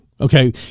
Okay